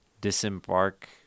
disembark